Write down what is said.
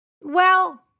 well-